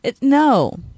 No